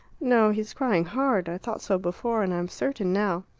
no, he's crying hard i thought so before, and i'm certain now.